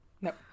Nope